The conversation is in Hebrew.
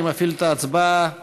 אני מפעיל את ההצבעה